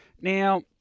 Now